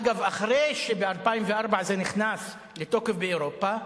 אגב, אחרי שב-2004 זה נכנס לתוקף באירופה,